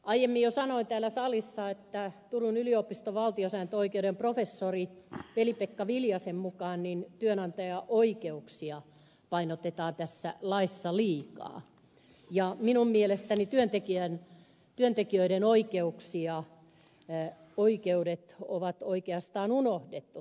aiemmin jo sanoin täällä salissa että turun yliopiston valtiosääntöoikeuden professorin veli pekka viljasen mukaan työnantajan oikeuksia painotetaan tässä laissa liikaa ja minun mielestäni työntekijöiden oikeudet on oikeastaan unohdettu tässä laissa